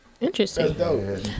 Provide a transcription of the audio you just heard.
interesting